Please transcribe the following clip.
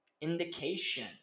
indication